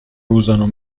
usano